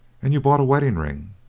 and you bought a wedding ring?